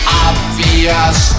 obvious